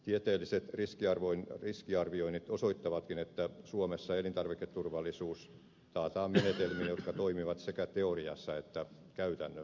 tieteelliset riskiarvioinnit osoittavatkin että suomessa elintarviketurvallisuus taataan menetelmin jotka toimivat sekä teoriassa että käytännössä